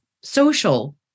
social